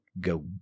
go